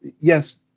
yes